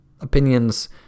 Opinions